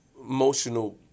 emotional